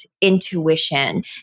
intuition